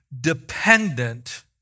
dependent